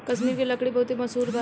कश्मीर के लकड़ी बहुते मसहूर बा